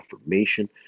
affirmation